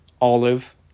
olive